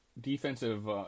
defensive